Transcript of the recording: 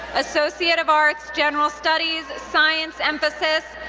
associate of arts, general studies, science emphasis,